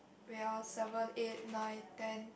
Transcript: wait ah seven eight nine ten